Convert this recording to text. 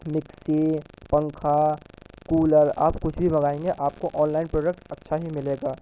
mixie پنکھا cooler آپ کچھ بھی منگائیں گے آپ کو آن لائن پروڈکٹ اچھا ہی ملے گا